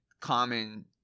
common